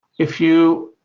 if you